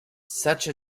such